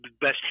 best